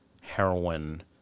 heroin